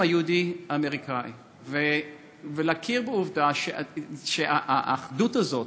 היהודי האמריקני ולהכיר בעובדה שהאחדות הזאת,